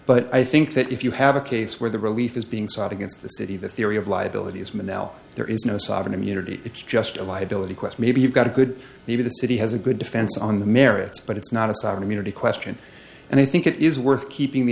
but i think that if you have a case where the relief is being sought against the city the theory of liability is minimal there is no sovereign immunity it's just a liability quest maybe you've got a good maybe the city has a good defense on the merits but it's not a sovereign immunity question and i think it is worth keeping the